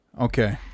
okay